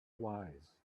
wise